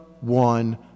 one